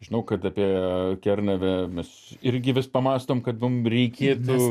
žinau kad apie kernavę mes irgi vis pamąstom kad mum reikėtų